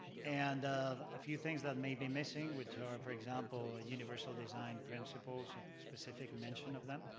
and a few things that may be missing, which are, for example, universal design principles, a specific mention of them.